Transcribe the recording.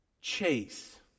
chase